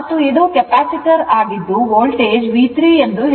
ಮತ್ತು ಇದು ಕೆಪಾಸಿಟರ್ ಆಗಿದ್ದು ವೋಲ್ಟೇಜ್ V3 ಎಂದು ಹೇಳಲಾಗುತ್ತದೆ